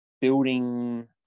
building